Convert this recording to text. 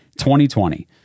2020